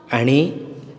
आनी